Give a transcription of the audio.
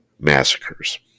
massacres